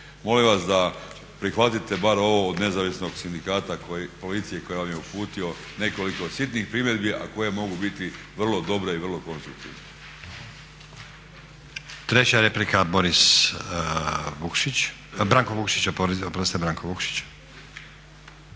Molim vas da prihvatite bar ovo od nezavisnog sindikata policije koji vam je uputio nekoliko sitnih primjedbi a koje mogu biti vrlo dobre i vrlo konstruktivne. **Stazić, Nenad (SDP)** Treća replika Branko Vukšić.